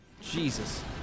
Jesus